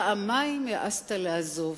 פעמיים העזת לעזוב,